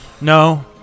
No